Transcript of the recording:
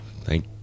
Thank